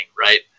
right